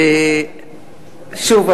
שוב,